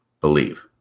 believe